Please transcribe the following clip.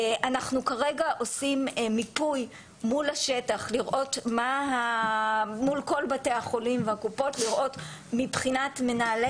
אנחנו כרגע עושים מיפוי מול כל בתי החולים והקופות לראות מבחינת מנהלי